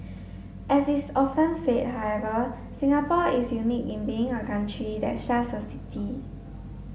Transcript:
as is often said however Singapore is unique in being a country that's just a city